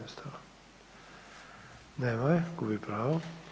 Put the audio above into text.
Nema je, gubi pravo.